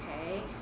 Okay